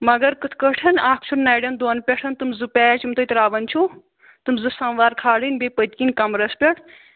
مگر کِتھٕ پٲٹھۍ اَکھ چھُ نَرٮ۪ن دۄن پٮ۪ٹھ تِم زٕ پیچ یِم تُہۍ ترٛاوان چھِو تِم زٕ سَموار کھارٕنۍ بیٚیہِ پٔتۍ کِنۍ کَمرَس پٮ۪ٹھ